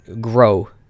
grow